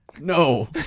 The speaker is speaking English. No